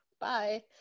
bye